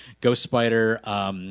Ghost-Spider